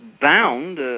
bound